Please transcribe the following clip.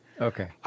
Okay